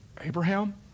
Abraham